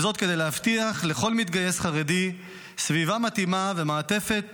וזאת כדי להבטיח לכל מתגייס חרדי סביבה מתאימה ומעטפת